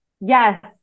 Yes